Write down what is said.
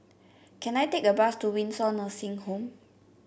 can I take a bus to Windsor Nursing Home